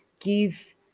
give